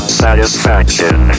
satisfaction